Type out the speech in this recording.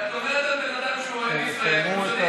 כי את אומרת על בן אדם שהוא אוהב ישראל שהוא שונא ישראל.